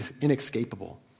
inescapable